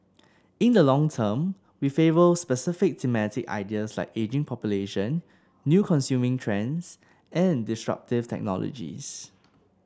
in the long term we favour specific thematic ideas like ageing population new consuming trends and disruptive technologies